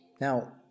Now